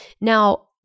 Now